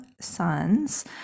sons